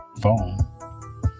phone